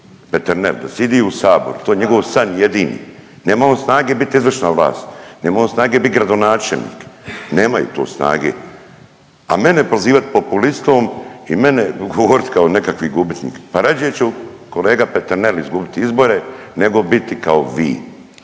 Peternel, da sidi u Saboru, to je njegov san jedini. Nema on snage bit izvršna vlast. Nema on snage bit gradonačelnik. Nemaju to snage. A mene prozivat populistom i mene govorit kao nekakvi gubitnik, pa rađe ću, kolega Peternel, izgubit izbore nego biti kao vi.